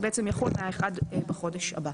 זה בעצם יחול מה-1 בחודש הבא.